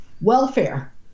welfare